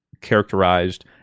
characterized